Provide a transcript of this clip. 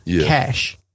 cash